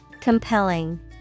Compelling